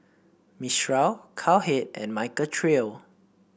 Mistral Cowhead and Michael Trio